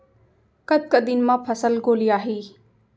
कतका दिन म फसल गोलियाही?